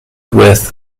with